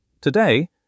Today